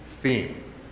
theme